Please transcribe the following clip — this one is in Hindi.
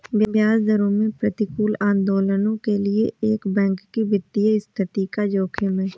ब्याज दरों में प्रतिकूल आंदोलनों के लिए एक बैंक की वित्तीय स्थिति का जोखिम है